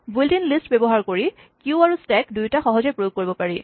built in list ব্যৱহাৰ কৰি queue আৰু স্টেক দুয়োটাই সহজে প্ৰয়োগ কৰিব পাৰি